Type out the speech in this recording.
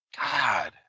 God